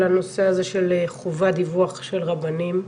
לנושא הזה של חובת דיווח של רבנים?